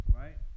right